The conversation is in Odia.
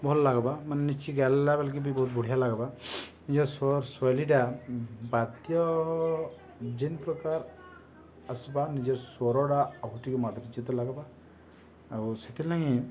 ଭଲ ଲାଗ୍ବା ମାନେ ନିଶ୍ଚି ଗାଲଲା ବେଲକେ ବି ବହୁତ ବଢ଼ିଆ ଲାଗବା ନିଜର୍ ସ ଶୈଲିଟା ବାତ୍ୟ ଯେନ୍ ପ୍ରକାର ଆସବା ନିଜର୍ ସ୍ୱରଡ଼ା ଆହୁ ଟିକି ମଦରିଜିତ ଲାଗ୍ବା ଆଉ ସେଥିର୍ଲାଗିଁ